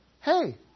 hey